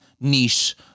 niche